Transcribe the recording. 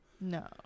No